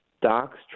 docs